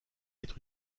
être